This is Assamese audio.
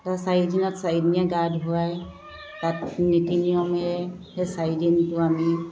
তাপাছত চাৰিদিনত চাৰিদিনীয়া গা ধুৱাই তাত নীতি নিয়মেৰে সেই চাৰিদিনটো আমি